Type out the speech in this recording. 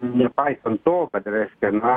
nepaisant to kad reiškia na